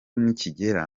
nikigera